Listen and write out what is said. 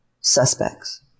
suspects